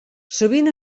sovint